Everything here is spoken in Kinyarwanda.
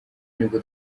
nibwo